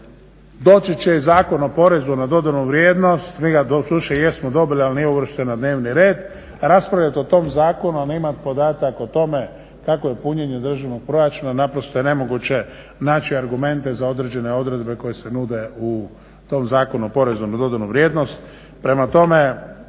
Doći će i Zakon o porezu na dodanu vrijednost. Mi ga doduše jesmo dobili, ali nije uvršten na dnevni red. Raspravljat o tom zakonu a ne imat podatak o tome kakvo je punjenje državnog proračuna naprosto je nemoguće naći argumente za određene odredbe koje se nude u tom Zakonu o porezu na dodanu vrijednost.